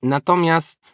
Natomiast